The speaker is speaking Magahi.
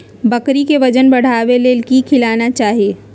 बकरी के वजन बढ़ावे ले की खिलाना चाही?